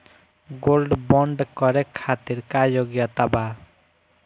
Gold bond करे खातिर का योग्यता बा?